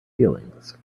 feelings